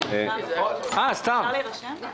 אני מחטיבת מאקרו ותקציב בחשב הכללי.